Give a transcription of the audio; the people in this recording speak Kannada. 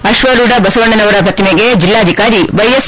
ಅಶ್ವಾರೂಢ ಬಸವಣ್ಣನವರ ಪ್ರತಿಮೆಗೆ ಜಿಲ್ಲಾಧಿಕಾರಿ ವೈಎಸ್